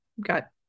got